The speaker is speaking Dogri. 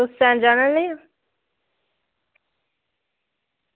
तुसें अज्ज जाना निं ऐ